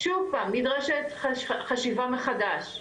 שוב פעם נדרשת חשיבה מחדש,